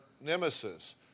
nemesis